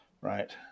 right